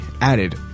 added